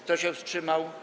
Kto się wstrzymał?